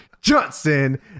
Johnson